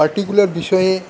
particular বিষয়ে